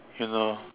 you know